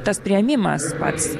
tas priėmimas pats